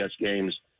games